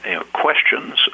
questions